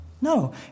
No